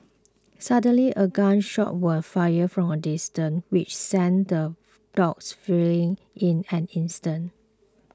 suddenly a gun shot was fired from a distance which sent the dogs fleeing in an instant